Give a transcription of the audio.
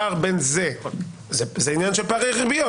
זה עניין של פערי ריביות.